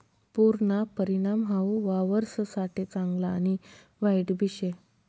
पुरना परिणाम हाऊ वावरससाठे चांगला आणि वाईटबी शे